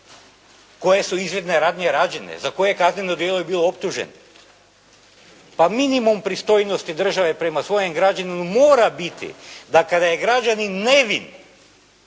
Koje su izvidne radnje rađene, za koje je kazneno djelo bio optužen? Pa minimum pristojnosti države prema svojem građaninu mora biti, da kada je građanin nevin,